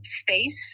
space